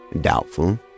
Doubtful